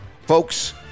Folks